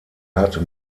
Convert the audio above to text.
hat